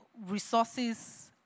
resources